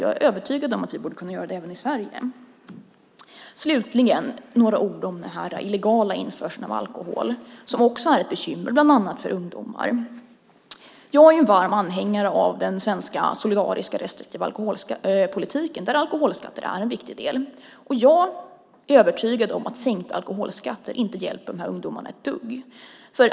Jag är övertygad om att vi kan göra det också i Sverige. Låt mig slutligen säga några ord om den illegala införseln av alkohol, som är ett bekymmer bland annat för ungdomar. Jag är varm anhängare av den svenska solidariska restriktiva alkoholpolitiken, där alkoholskatter är en viktig del, och jag är övertygad om att sänkt alkoholskatt inte hjälper dessa ungdomar ett dugg.